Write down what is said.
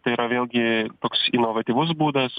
tai yra vėlgi toks inovatyvus būdas